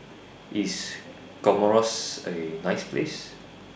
IS Comoros A nice Place